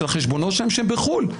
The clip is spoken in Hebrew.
שהחשבונות שלהם בחו"ל,